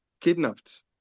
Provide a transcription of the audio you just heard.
kidnapped